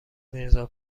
میرزایی